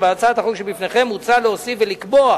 בהצעת החוק שבפניכם מוצע להוסיף ולקבוע